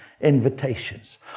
invitations